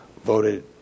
voted